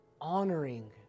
honoring